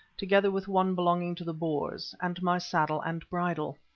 together with one belonging to the boers, and my saddle and bridle.